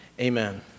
amen